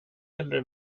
hellre